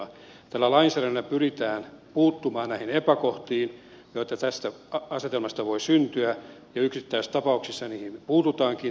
tällä lainsäädännöllä pyritään puuttumaan näihin epäkohtiin joita tästä asetelmasta voi syntyä ja yksittäistapauksissa niihin puututaankin